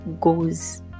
goes